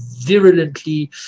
virulently